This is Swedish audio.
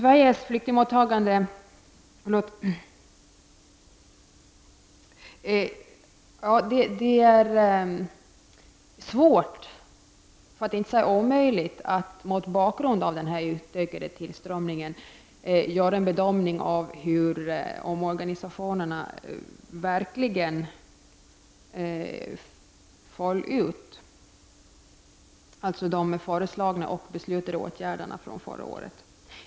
Det är svårt, för att inte säga omöjligt, att mot bakgrund av den ökade tillströmningen göra en bedömning av hur omorganisationerna verkligen föll ut, alltså de under förra året föreslagna och beslutade åtgärderna.